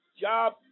job